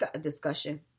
discussion